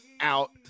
out